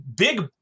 big